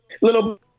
little